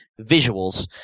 visuals